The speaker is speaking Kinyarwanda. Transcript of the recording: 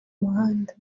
muhanda